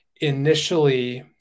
initially